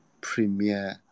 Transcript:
premiere